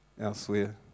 elsewhere